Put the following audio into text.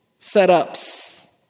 setups